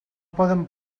poden